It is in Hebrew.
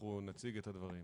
אנחנו נציג את הדברים